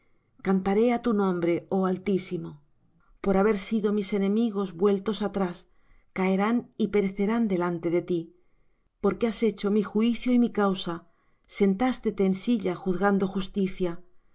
cantaré á tu nombre oh altísimo por haber sido mis enemigos vueltos atrás caerán y perecerán delante de ti porque has hecho mi juicio y mi causa sentástete en silla juzgando justicia